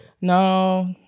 no